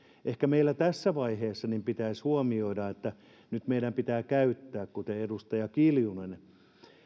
ehkä meidän tässä vaiheessa pitäisi huomioida että nyt meidän pitää käyttää kuten edustaja kiljunen